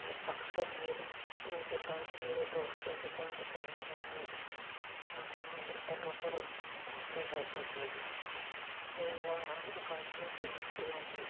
मैं अक्सर मेरे मित्रों के साथ मेरे दोस्तों के साथ जंगलों में या समुंद्र तटों पर घूमने जाते हैं एक बार हम गर्मियों की छुट्टियों में